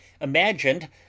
imagined